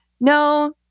No